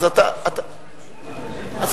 יודע מה הוא עומד להגיד.